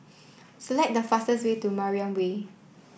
select the fastest way to Mariam Way